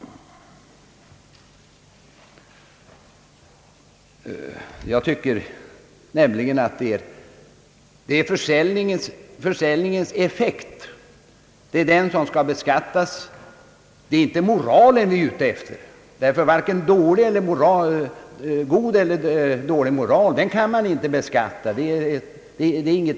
Jag tyc Ang. markvärdebeskattningen ker nämiigen att det är försäljningens effekt som skall beskattas. Det är inte moralen vi är ute efter — god eller dålig moral kan man inte beskatta.